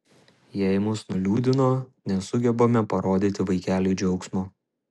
jei mus nuliūdino nesugebame parodyti vaikeliui džiaugsmo